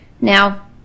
Now